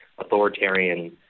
authoritarian